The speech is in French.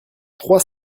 trois